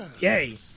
Yay